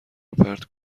روپرت